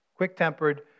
quick-tempered